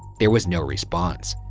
there was no response.